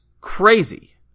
crazy